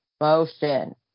motion